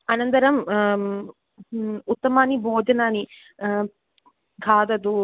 अनन्तरम् उत्तमानि भोजनानि खादतु